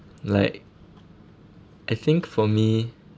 like I think for me